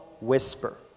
whisper